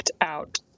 Out